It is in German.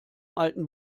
alten